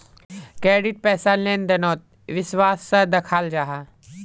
credit पैसार लें देनोत विश्वास सा दखाल जाहा